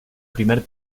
primer